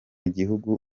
gihugu